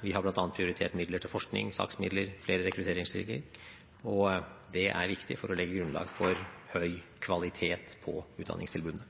Vi har bl.a. prioritert midler til forskning, saksmidler og flere rekrutteringsmidler, og det er viktig for å legge grunnlag for høy kvalitet på utdanningstilbudene.